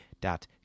dot